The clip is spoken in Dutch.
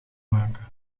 maken